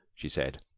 she said.